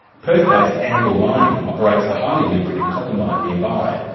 perth-based anvil mining operates a highly lucrative copper mine nearby,